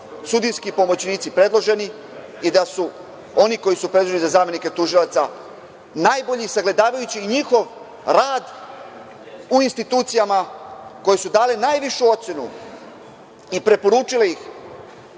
sudijski pomoćnici predloženi i da su oni koji su predloženi za zamenike tužioca najbolji, sagledavajući njihov rad u institucijama koje su dale najvišu ocenu i preporučile ih,